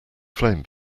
flame